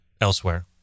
elsewhere